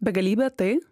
begalybė tai